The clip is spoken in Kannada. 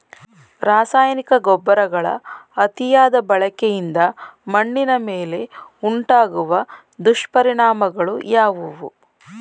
ರಾಸಾಯನಿಕ ಗೊಬ್ಬರಗಳ ಅತಿಯಾದ ಬಳಕೆಯಿಂದ ಮಣ್ಣಿನ ಮೇಲೆ ಉಂಟಾಗುವ ದುಷ್ಪರಿಣಾಮಗಳು ಯಾವುವು?